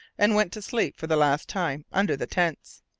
and went to sleep for the last time under the tents.